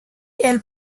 elle